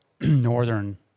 northern